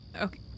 Okay